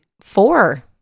Four